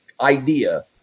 idea